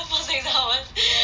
for six hours